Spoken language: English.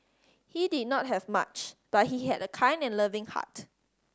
he did not have much but he had a kind and loving heart